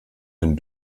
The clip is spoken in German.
einen